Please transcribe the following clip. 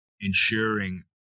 ensuring